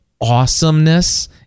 awesomeness